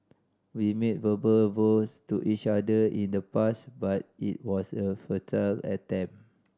we made verbal vows to each other in the past but it was a futile attempt